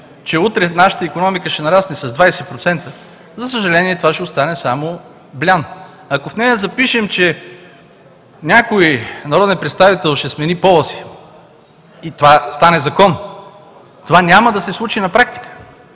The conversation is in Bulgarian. че утре нашата икономика ще нарасне с 20%, за съжаление, това ще остане само блян. Ако в нея запишем, че някой народен представител ще смени пола си и това стане закон, това няма да се случи на практика.